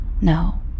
No